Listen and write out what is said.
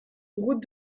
route